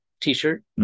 t-shirt